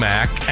Mac